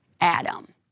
Adam